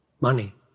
money